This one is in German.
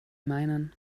meinen